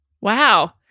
wow